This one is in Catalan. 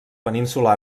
península